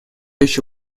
еще